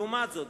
לעומת זאת,